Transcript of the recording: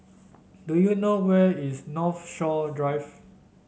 do you know where is Northshore Drive